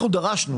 אנחנו דרשנו